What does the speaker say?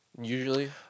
usually